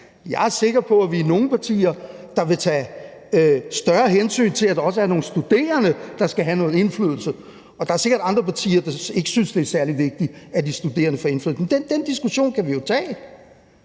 Jeg er sikker på, at vi er nogle partier, der vil tage større hensyn til, at der også er nogle studerende, der skal have noget indflydelse, og at der sikkert er andre partier, der ikke synes, det er særlig vigtigt, at de studerende får indflydelse. Den diskussion kan vi jo tage.